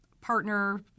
partner